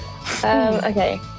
Okay